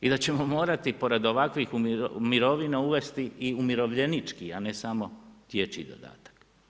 I da ćemo morati pored ovakvih mirovina uvesti i umirovljenički, a ne samo dječji dodatak.